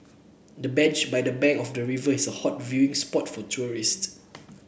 the bench by the bank of the river is a hot viewing spot for tourists